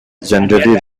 generally